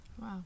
Wow